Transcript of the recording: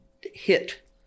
hit